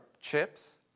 chips